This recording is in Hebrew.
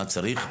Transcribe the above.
מה צריך,